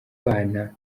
bana